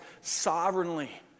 sovereignly